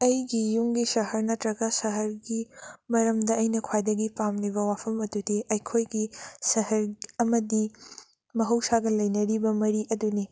ꯑꯩꯒꯤ ꯌꯨꯝꯒꯤ ꯁꯍꯔ ꯅꯠꯇꯔꯒ ꯁꯍꯔꯒꯤ ꯃꯔꯝꯗ ꯑꯩꯅ ꯈ꯭ꯋꯥꯏꯗꯒꯤ ꯄꯥꯝꯂꯤꯕ ꯋꯥꯐꯝ ꯑꯗꯨꯗꯤ ꯑꯩꯈꯣꯏꯒꯤ ꯁꯍꯔ ꯑꯃꯗꯤ ꯃꯍꯧꯁꯥꯒ ꯂꯩꯅꯔꯤꯕ ꯃꯔꯤ ꯑꯗꯨꯅꯤ